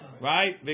right